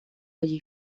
allí